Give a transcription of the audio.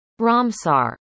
Ramsar